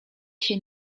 się